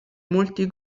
molti